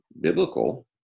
biblical